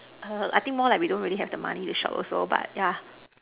I think more like we don't really have the money to shop also but yeah